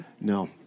No